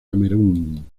camerún